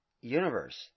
universe